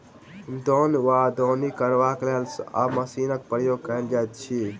दौन वा दौनी करबाक लेल आब मशीनक प्रयोग कयल जाइत अछि